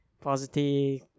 positive